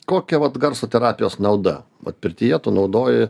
kokia vat garso terapijos nauda vat pirtyje tu naudoji